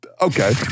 Okay